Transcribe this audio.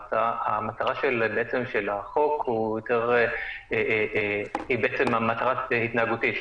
מטרת החוק היא מטרה התנהגותית,